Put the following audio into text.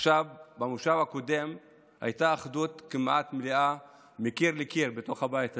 במושב הקודם הייתה אחדות כמעט מלאה מקיר לקיר בתוך הבית הזה,